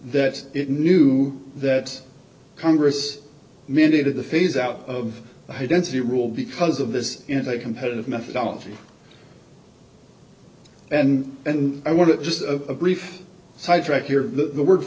it knew that congress mandated the phase out of high density rule because of this in a competitive methodology and and i want to just of brief sidetrack here the word